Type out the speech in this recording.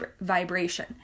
vibration